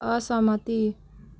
असहमति